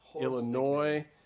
Illinois